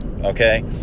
Okay